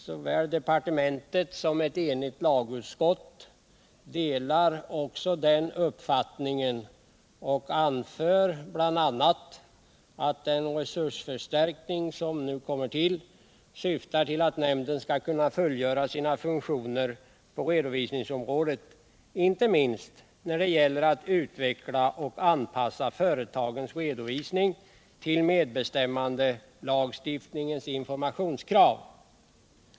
Såväl departementschefen som ett enigt lagutskott delar också den uppfattningen och anför bl.a. att den resursförstärkning som nu tillkommer ”syftar till att nämnden skall kunna fullgöra sina funktioner på redovisningsområdet inte minst när det gäller att utveckla och anpassa företagens redovisning till medbestämmandelagstiftningens informationskrav”.